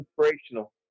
inspirational